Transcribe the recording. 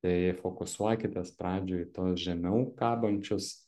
tai fokusuokitės pradžioj žemiau kabančius